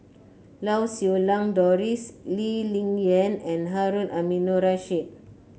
Lau Siew Lang Doris Lee Ling Yen and Harun Aminurrashid